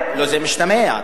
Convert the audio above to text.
לא, זה משתמע.